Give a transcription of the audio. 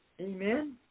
Amen